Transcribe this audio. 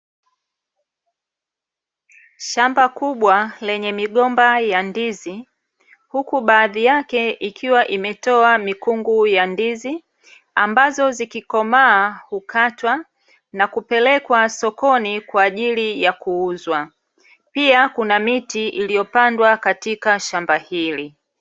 Shamba kubwa lenye migomba ya ndizi huku baadhi yake ikiwa imetoa mikungu ya ndizi ambazo zikikomaa hukatwa na kupelekwa sokoni kwa ajili ya kuuzwa. Pia kuna miti iliyopandwa katika shamba hili.